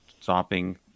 stopping